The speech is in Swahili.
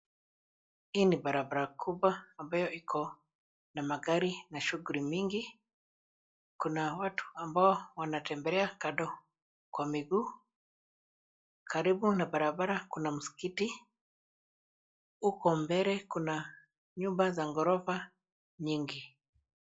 Hii ni barabara kubwa ambayo iko na magari na shughuli mingi. Kuna watu ambao wanatembelea kando kwa miguu. Karibu na barabara kuna msikiti. Huko mbele kuna nyumba za ghorofa nyingi.